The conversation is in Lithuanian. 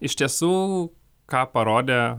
iš tiesų ką parodė